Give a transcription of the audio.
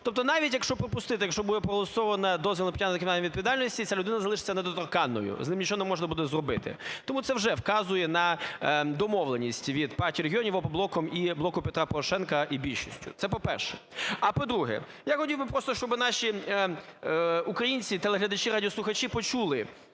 Тобто навіть якщо припустити, тякщо буде проголосовано дозвіл на притягнення до кримінальної відповідальності, ця людина залишиться недоторканною, з ним нічого не можна буде зробити. Тому це вже вказує на домовленість від "Партії регіонів", "Опоблоку" і "Блоку Петра Порошенка", і більшістю. Це, по-перше. А, по-друге, я хотів би просто, щоби наші українці телеглядачі, радіослухачі почули